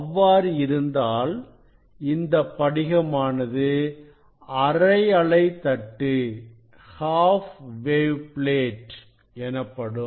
அவ்வாறு இருந்தால் இந்தப் படிகமானது அரை அலைத் தட்டு எனப்படும்